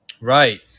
right